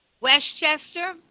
Westchester